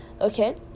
okay